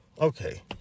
okay